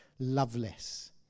Loveless